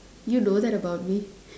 you know that about me